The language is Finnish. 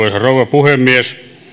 puhemies